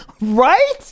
Right